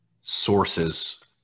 sources